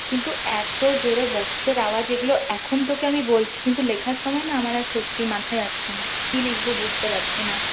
কিন্তু এতো জোরে বক্সের আওয়াজ এগুলো এখন তোকে আমি বলছি কিন্তু লেখার সময় না আমার আর সত্যি মাথায় আসছে না কি লিখব বুঝতে পারছি না